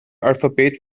alphabet